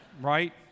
right